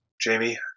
Jamie